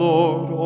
Lord